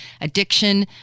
addiction